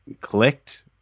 clicked